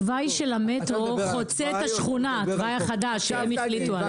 התוואי החדש של המטרו שהם החליטו עליו חוצה את השכונה.